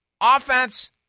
Offense